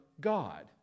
God